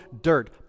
dirt